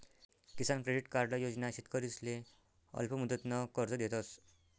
किसान credit card योजना शेतकरीसले अल्पमुदतनं कर्ज देतस